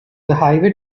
highway